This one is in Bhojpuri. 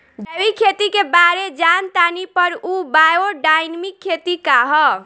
जैविक खेती के बारे जान तानी पर उ बायोडायनमिक खेती का ह?